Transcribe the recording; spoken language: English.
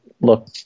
look